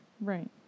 Right